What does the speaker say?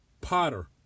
Potter